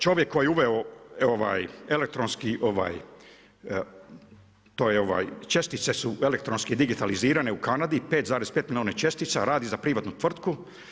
Čovjek koji je uveo elektronski to je ovaj, čestice su elektronski digitalizirane u Kanadi 5,5 milijuna čestica radi za privatnu tvrtku.